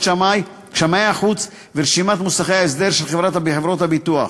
שמאי החוץ ורשימת מוסכי ההסדר של חברות הביטוח.